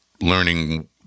learning